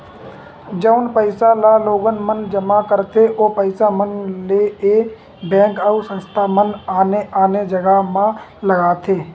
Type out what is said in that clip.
जउन पइसा ल लोगन मन जमा करथे ओ पइसा मन ल ऐ बेंक अउ संस्था मन आने आने जघा म लगाथे